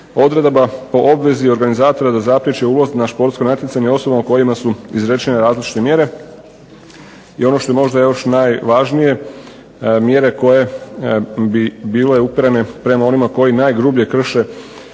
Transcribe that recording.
odredaba o obvezi organizatora da zapriječi ulaz na športsko natjecanje osobama kojima su izrečene različite mjere. I ono što je možda još najvažnije, mjere koje bi bile uperene prema onima koji najgrublje krše